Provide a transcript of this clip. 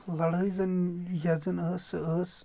لَڑٲے زَن یَس زَن ٲس سُہ ٲس